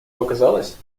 показалось